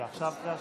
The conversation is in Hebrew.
סעיף 4,